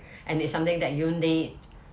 and it's something that you need